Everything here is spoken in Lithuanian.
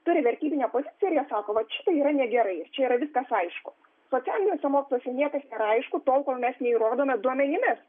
turi vertybinę poziciją irjie sako vat šitai yra negerai čia yra viskas aišku socialiniuose moksluose niekas nėra aišku tol kol mes neįrodome duomenimis